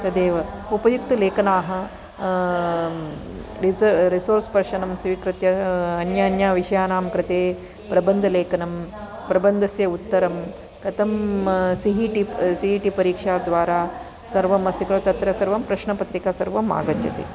तदेव उपयुक्तलेखना रिसोर्स् पर्सनं स्वीकृत्य अन्यविषयानां कृते प्रबन्धलेखनं प्रबन्धस्य उत्तरं कथं C E T C E T परिक्षाद्वारा सर्वं अस्ति तत्र सर्वं प्रश्नपत्रिका सर्वम् आगच्छति